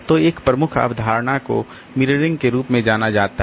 तो एक प्रमुख अवधारणा को मिररिंग के रूप में जाना जाता है